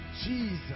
Jesus